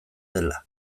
dela